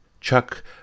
Chuck